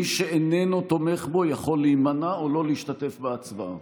מי שאיננו תומך בו יכול להימנע או לא להשתתף בהצבעה.